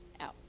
out